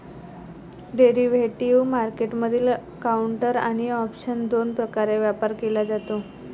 derivative मार्केटमधील counter आणि option दोन प्रकारे व्यापार केला जातो